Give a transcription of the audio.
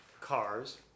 cars